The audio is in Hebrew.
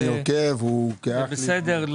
הוא בסדר.